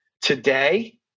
today